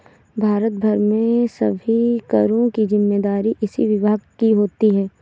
भारत भर में सभी करों की जिम्मेदारी इसी विभाग की होती है